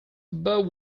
but